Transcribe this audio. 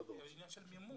זה עניין של מימוש.